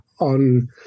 on